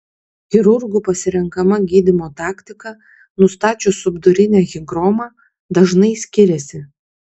chirurgų pasirenkama gydymo taktika nustačius subdurinę higromą dažnai skiriasi